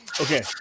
okay